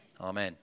Amen